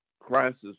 crisis